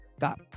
got